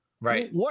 Right